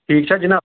ٹھیٖک چھَ جِناب